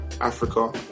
Africa